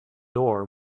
door